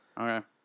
Okay